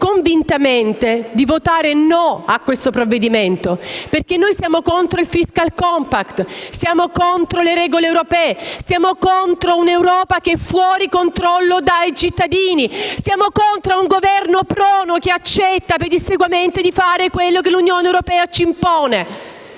convintamente di votare «no» al provvedimento in esame, perché siamo contro il *fiscal compact*, siamo contro le regole europee, siamo contro un' Europa che è fuori dal controllo dei cittadini, siamo contro un Governo prono, che accetta pedissequamente di fare ciò che l'Unione europea ci impone.